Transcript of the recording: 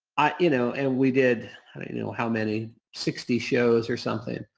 ah you know and we did, i don't you know how many, sixty shows or something,